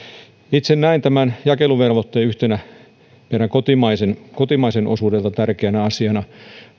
itse näen tämän jakeluvelvoitteen kotimaisen kotimaisen osuuden yhtenä tärkeänä asiana me